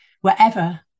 wherever